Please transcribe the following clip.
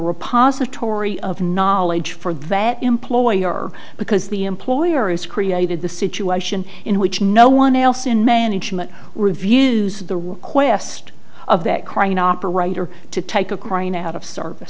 repository of knowledge for that employer because the employer has created the situation in which no one else in management reviews the request of that crane operator to take a crying out of s